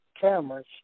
cameras